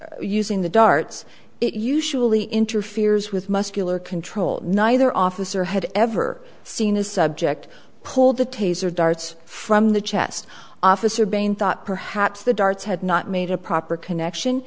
mode using the darts it usually interferes with muscular control neither officer had ever seen a subject pull the taser darts from the chest officer brain thought perhaps the darts had not made a proper connection